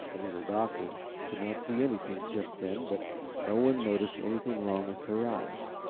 little doctor could not see anything, just then, but no one noticed anything wrong with her eyes,